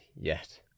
yet-